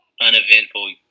uneventful